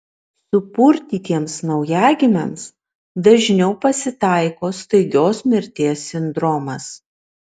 supurtytiems naujagimiams dažniau pasitaiko staigios mirties sindromas